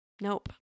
Nope